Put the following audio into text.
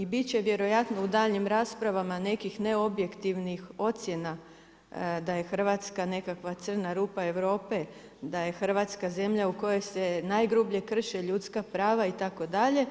I biti će vjerojatno u daljnjem raspravama neki neobjektivnih ocjena da je Hrvatska nekakva crna rupa Europe, da je Hrvatska zemlja u kojoj se najgrublje krše ljudska prava itd.